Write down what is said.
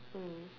mm